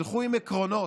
ילכו עם עקרונות,